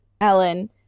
Ellen